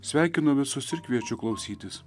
sveikinu visus ir kviečiu klausytis